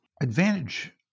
advantage